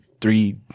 three